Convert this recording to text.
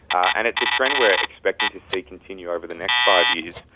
and it's a trend we are expecting to see continue over the next five years.